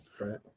Right